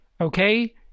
okay